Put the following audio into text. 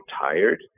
tired